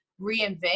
reinvent